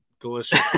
Delicious